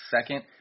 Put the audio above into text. second